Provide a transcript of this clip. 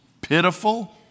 pitiful